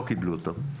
לא קיבלו אותו.